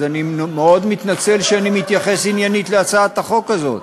אז אני מאוד מתנצל שאני מתייחס עניינית להצעת החוק הזאת.